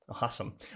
Awesome